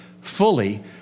fully